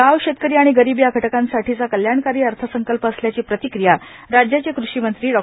गाव शेतकरी आणि गरीब या घटकांसाठीचा कल्याणकारी अर्थसंकल्प असल्याची प्रतिक्रीया राज्याचे कृषीमंत्री डॉ